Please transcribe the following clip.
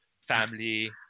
family